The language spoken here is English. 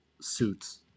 suits